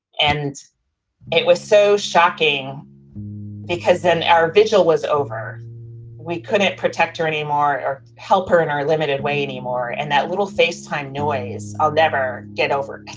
and it was so shocking because then our vigil was over we couldn't protect her anymore or help her in our limited way anymore. and that little face time noise. i'll never get over